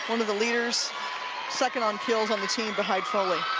one of the leaders second on kills on the team behind foley.